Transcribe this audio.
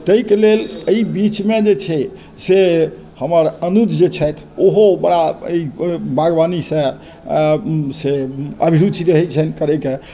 ताहिके लेल एहि बीचमे जे छै से हमर अनुज जे छथि ओहो बड़ा एहि बागवानीसँ से अभिरुचि रहै छनि करै के